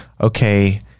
okay